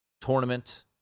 tournament